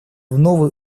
новую